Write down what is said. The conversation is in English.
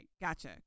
gotcha